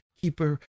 Keeper